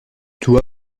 toux